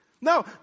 No